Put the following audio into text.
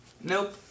Nope